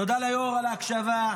תודה ליו"ר על ההקשבה.